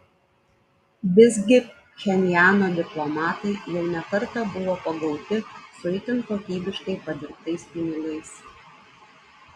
visgi pchenjano diplomatai jau ne kartą buvo pagauti su itin kokybiškai padirbtais pinigais